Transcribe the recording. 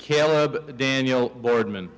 caleb daniel boardman